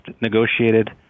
negotiated